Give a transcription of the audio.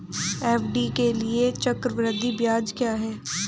FD के लिए चक्रवृद्धि ब्याज क्या है?